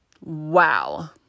Wow